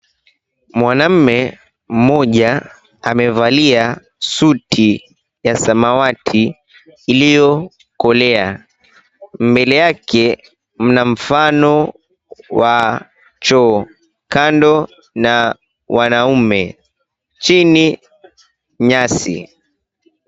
Mwanamume mmoja amevalia suti ya samawati iliyokolea, mbele yake mna mfano wa choo kando na wanaume chini nyasi.